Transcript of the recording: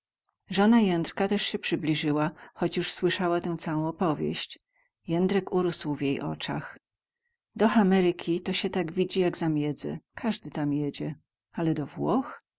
żona jędrka też się przybliżyła choć już słyszała tę całą opowieść jędrek urósł w jej oczach do hameryki to sie tak widzi jak za miedzę każdy tam jedzie ale do włoch